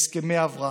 הסכמי אברהם.